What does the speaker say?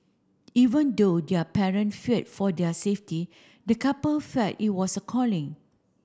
even though their parent feared for their safety the couple felt it was a calling